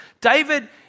David